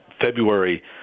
February